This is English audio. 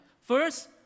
first